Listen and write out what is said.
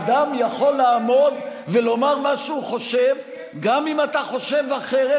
אדם יכול לעמוד ולומר מה שהוא חושב גם אם אתה חושב אחרת,